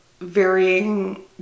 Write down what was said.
varying